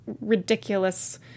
ridiculous